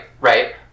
Right